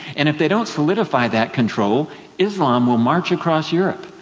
and if they don't solidify that control islam will march across europe.